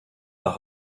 par